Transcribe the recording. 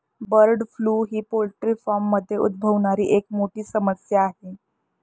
bird flu ही पोल्ट्रीमध्ये उद्भवणारी एक मोठी समस्या आहे